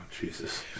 Jesus